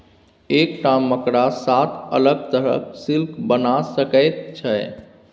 एकटा मकड़ा सात अलग तरहक सिल्क बना सकैत छै